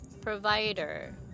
provider